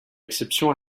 exception